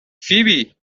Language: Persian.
فیبی